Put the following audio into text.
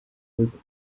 вызовов